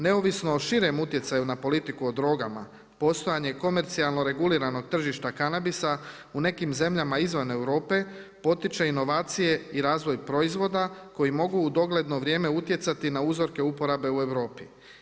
Neovisno od širem utjecaju na politiku o drogama, postojanje komercijalno reguliranog tržišta kanabisa u nekim zemljama izvan Europe potiče inovacije i razvoj proizvoda koji mogu u dogledno vrijeme utjecati na uzorke uporabe u Europi.